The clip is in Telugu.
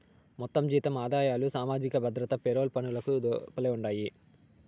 మొత్తం జీతం ఆదాయాలు సామాజిక భద్రత పెరోల్ పనులకు లోపలే ఉండాయి